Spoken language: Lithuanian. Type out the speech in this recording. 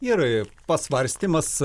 ir pasvarstymas